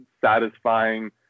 satisfying